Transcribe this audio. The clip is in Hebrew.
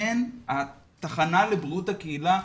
שהן התחנה לבריאות הקהילה,